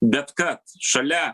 bet kad šalia